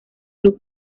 club